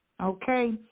Okay